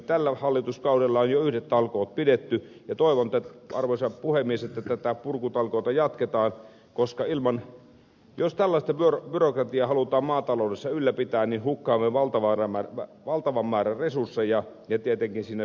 tällä hallituskaudella on jo yhdet talkoot pidetty ja toivon arvoisa puhemies että tätä purkutalkoota jatketaan koska jos tällaista byrokratiaa halutaan maataloudessa ylläpitää niin hukkaamme valtavan määrän resursseja ja tietenkin siinä sivussa rahaa